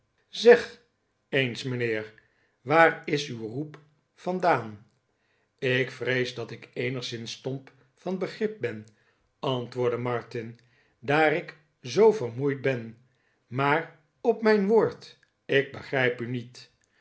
zeg eens mijnheer waar is uw roep vandaan ik vrees dat ik eenigszins stomp van begrip ben antwoordde martin daar ik zoo vermoeid ben maar op mijn woord ik begrijp u niet